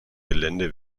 gelände